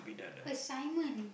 assignment